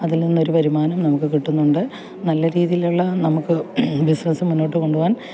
അതിൽ നിന്ന് ഒരു വരുമാനം നമുക്ക് കിട്ടുന്നുണ്ട് നല്ലരീതിയിലുള്ള നമുക്ക് ബിസിനെസ്സ് മുന്നോട്ടു കൊണ്ടു പോവാൻ